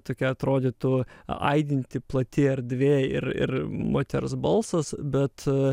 tokia atrodytų aidinti plati erdvė ir ir moters balsas bet